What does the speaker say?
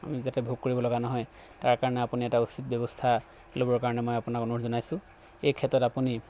আমি যাতে ভোগ কৰিবলগা নহয় তাৰ কাৰণে আপুনি এটা উচিত ব্যৱস্থা ল'বৰ কাৰণে মই আপোনাক অনুৰোধ জনাইছোঁ এই ক্ষেত্ৰত আপুনি